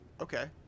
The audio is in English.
Okay